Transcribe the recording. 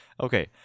Okay